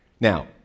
Now